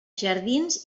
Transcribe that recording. jardins